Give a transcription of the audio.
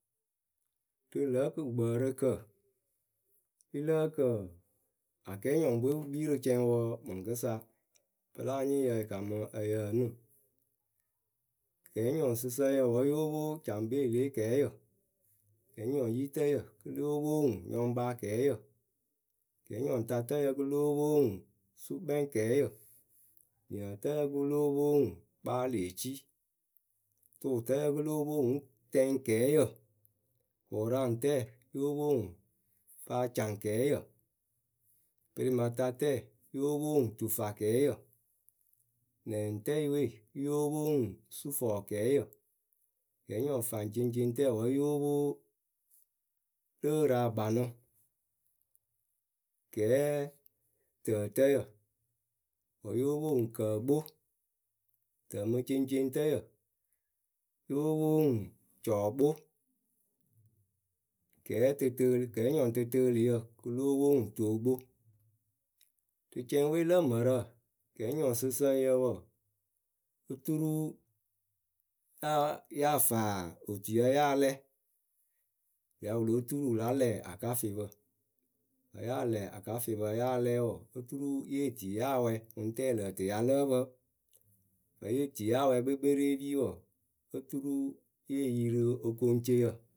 Rɨ lǝh kɨkpǝǝrɨkǝ yɨ lǝ́ǝ kǝ akɛɛnyɔŋpɨ we pɨ kpii rɨ cɛŋwǝ nɨŋkɨsa. Pɨla anyɩŋyǝ yɨ kamɨ ǝyǝ ǝnɨ: Kɛɛnyɔŋsɨsǝŋyǝ wǝ́ yóo pwo Caŋkpeelekɛɛyǝ Kɛɛnyɔŋyitǝyǝ yɨ lóo pwo ŋwɨ nyɔŋkpaakɛɛyǝ Kɛɛnyɔŋtatǝyǝ kɨ lóo pwo ŋwɨ sukpɛŋkɛɛyǝ, niǝǝtǝǝ kɨ lóo pwo ŋwɨ kpaalɨeci tʊʊtǝǝ kɨ lóo pwo ŋwɨɨ tɛŋkɛɛyǝ, kʊraŋtǝyǝ yóo pwo ŋwɨ faacaŋkɛɛyǝ. pɨrɩmatatǝǝ yóo pwo ŋwɨ tufakɛɛyǝ, nɛŋtǝyɨwe yóo pwo ŋwɨ sufɔkɛɛyǝ Kɛɛnyɔŋfaŋceŋceŋtǝǝ wǝ́ yóo pwo lɨɨrɨakpanɨ, kɛɛtǝtǝyǝ. wǝ́ yóo pwo ŋwɨ kǝǝkpo, tǝmɨceŋceŋtǝyǝ yóo pwo ŋwɨ cɔɔkpo. Kɛɛtɨtɨɨ Kɛɛnyɔŋtɨtɨɨlɨyǝ kɨ lóo pwo ŋwɨ tuokpo. Rɨ cɛŋwe lǝ mǝrǝ. kɛɛnyɔŋsɨsǝŋyǝ wɔɔ oturuu. Yáa, ya fa otuyǝ ya lɛ, wɨ ya wɨ lóo tuuru la lɛ akafɩpǝ Vǝ́ ya lɛ akafɩpǝ ya lɛ wɔɔ, oturu ye tii ya wɛɛ, ŋʊŋtɛɛ lǝǝ tɨ ya lǝ́ǝ pǝ. Vǝ́ ye tii ya wɛɛ kpekpereepi wɔɔ, oturu ye yi rɨ okoŋceyǝ.